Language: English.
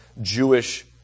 Jewish